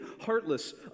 heartless